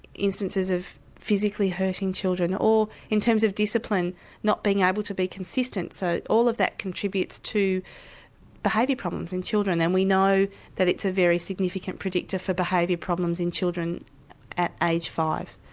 instances of physically hurting children, or in terms of discipline not being able to be consistent so all of that contributes to behaviour problems in children. and we know that it's a very significant predictor from behaviour problems in children at age five,